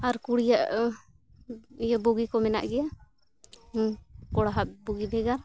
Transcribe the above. ᱟᱨ ᱠᱩᱲᱤᱭᱟᱜ ᱤᱭᱟᱹ ᱵᱚᱜᱤ ᱠᱚ ᱢᱮᱱᱟᱜ ᱜᱮᱭᱟ ᱦᱮᱸ ᱠᱚᱲᱟᱣᱟᱜ ᱵᱚᱜᱤ ᱵᱷᱮᱜᱟᱨ